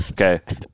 Okay